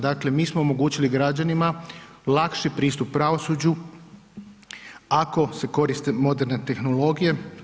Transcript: Dakle mi smo omogućili građanima lakši pristup pravosuđu ako se koriste moderne tehnologije.